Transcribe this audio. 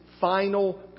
Final